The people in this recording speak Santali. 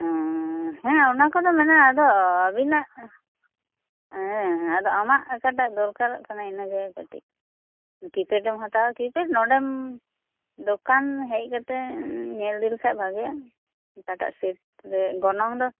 ᱦᱮᱸ ᱚᱱᱟᱠᱚᱫᱚ ᱢᱮᱱᱟᱜᱼᱟ ᱟᱫᱚ ᱟ ᱵᱤᱱᱟᱜ ᱟᱫᱚ ᱟᱢᱟᱜ ᱚᱠᱟᱴᱟᱜ ᱫᱚᱨᱠᱟᱨᱚᱜ ᱠᱟᱱᱟ ᱤᱱᱟ ᱜᱮ ᱠᱟ ᱴᱤᱡ ᱠᱤᱯᱮᱰᱮᱢ ᱦᱟᱛᱟᱣᱟ ᱠᱤᱯᱮᱰ ᱱᱚᱰᱮᱢ ᱫᱚᱠᱟᱱ ᱦᱮᱡ ᱠᱟᱛᱮᱢ ᱧᱮᱞ ᱤᱫᱤ ᱞᱮᱠᱷᱟᱱ ᱵᱷᱟᱜᱮᱜᱼᱟ ᱚᱠᱟᱴᱟᱭ ᱥᱮᱴ ᱨᱮ ᱜᱚᱱᱚᱝ ᱫᱚ